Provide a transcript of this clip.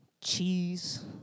Cheese